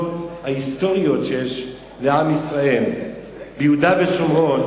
הזכויות ההיסטוריות שיש לעם ישראל ביהודה ושומרון,